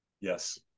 Yes